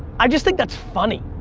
i just think that's funny.